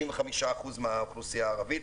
65% מהאוכלוסייה הערבית,